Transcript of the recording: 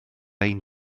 ein